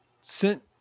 sent